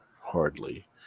hardly